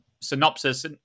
synopsis